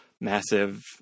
massive